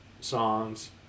songs